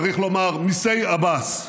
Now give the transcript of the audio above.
צריך לומר מיסי עבאס,